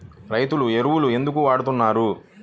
రైతు ఎరువులు ఎందుకు వాడుతున్నారు?